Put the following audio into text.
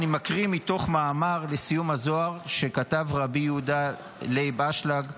אני מקריא מתוך מאמר לסיום הזוהר שכתב רבי יהודה לייב אשלג,